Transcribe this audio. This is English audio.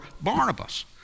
Barnabas